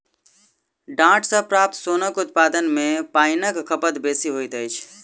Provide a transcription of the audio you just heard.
डांट सॅ प्राप्त सोनक उत्पादन मे पाइनक खपत बेसी होइत अछि